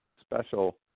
special